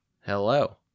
hello